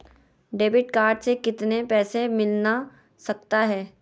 Debit card से कितने पैसे मिलना सकता हैं?